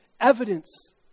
evidence